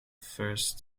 first